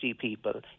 people